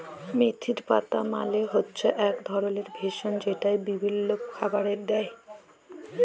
মেথির পাতা মালে হচ্যে এক ধরলের ভেষজ যেইটা বিভিল্য খাবারে দেয়